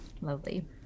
Lovely